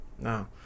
No